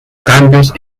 cambios